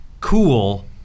cool